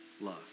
love